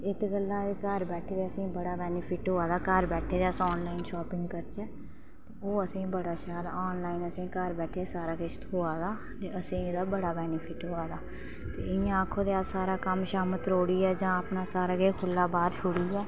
इत्त गल्ला एह् घर बेठे दे असें गी बड़ा बेनीफिट होआ दा घर बेठे दे अस आनॅलाइन शांपिगं करचै ओह् असेंगी बड़े शैल आनॅलाइन असेंगी घर बेठे दे सारा किश थ्होंदा दे असेंगी एहदा बड़ा बेनीफिट होआ दा इ'यां आक्खो ते अस सारा कम्म शम्म त्रोड़ियै जां अपना सारा किश खु'ल्ला बाहर छोड़ियैयै